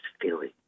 feeling